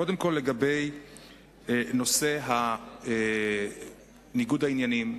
קודם כול, לגבי נושא ניגוד העניינים.